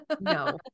no